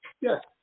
Yes